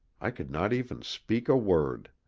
i could not even speak a word.